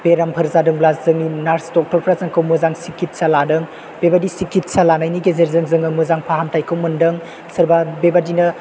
बेरामफोर जादोंब्ला जोंनि नार्स डक्टफ्रा जोंखौ मोजां सिकित्सा लादों बेबायदि सिकित्सा लानायनि गेजेरजों जोङो मोजां फाहामथायखौ मोनदों सोरबा बेबादिनो